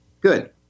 Good